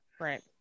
Right